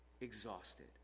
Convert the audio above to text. exhausted